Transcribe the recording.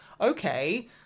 Okay